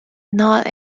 not